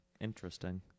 Interesting